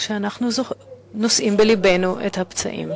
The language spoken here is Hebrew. כשאנחנו נושאים בלבנו את הפצעים.